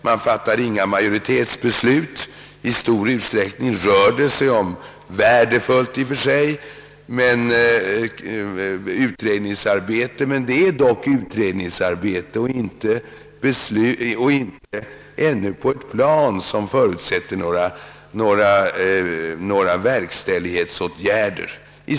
Man fattar inga majoritetsbeslut i OECD. I stor utsträckning rör det sig om utredningsarbete — som i och för sig är värdefullt men som ännu inte befinner sig på ett plan som förutsätter några verkställighetsåtgärder.